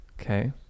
okay